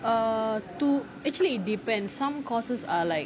err two actually it depends some courses are like